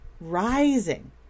rising